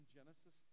Genesis